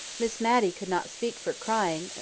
miss matty could not speak for crying,